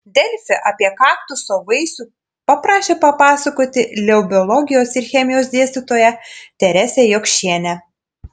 delfi apie kaktuso vaisių paprašė papasakoti leu biologijos ir chemijos dėstytoją teresę jokšienę